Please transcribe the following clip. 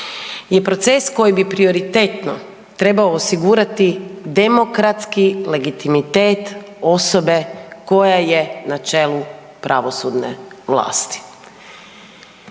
je proces koji bi prioritetno trebao osigurati demokratski legitimitet osobe koja je na čelu pravosudne vlasti.